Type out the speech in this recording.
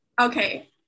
Okay